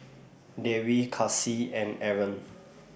Dewi Kasih and Aaron